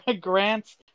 Grants